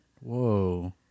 Whoa